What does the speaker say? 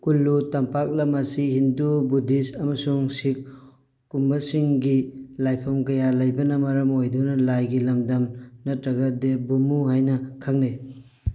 ꯀꯨꯜꯂꯨ ꯇꯝꯄꯥꯛꯂꯝ ꯑꯁꯤ ꯍꯤꯟꯗꯨ ꯕꯨꯗꯤꯁ ꯑꯃꯁꯨꯡ ꯁꯤꯈ ꯀꯨꯝꯕꯁꯤꯡꯒꯤ ꯂꯥꯏꯐꯝ ꯀꯌꯥ ꯂꯩꯕꯅ ꯃꯔꯝ ꯑꯣꯏꯗꯨꯅ ꯂꯥꯏꯒꯤ ꯂꯝꯗꯝ ꯅꯇ꯭ꯔꯒ ꯗꯦꯚ ꯚꯨꯃꯨ ꯍꯥꯏꯅ ꯈꯪꯅꯩ